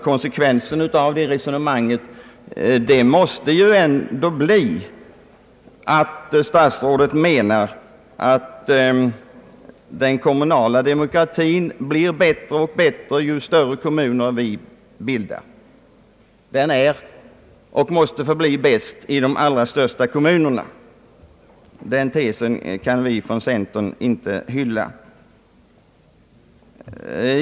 Konsekvensen av det resonemanget måste ändå bli att statsrådet anser att den kommunala demokratin blir bättre och bättre ju större kommuner vi bildar; den är och måste förbli bäst i de allra största kommunerna. Den tesen kan vi från centern inte hylla.